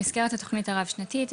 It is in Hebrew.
במסגרת התכנית הרב שנתית,